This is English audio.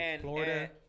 Florida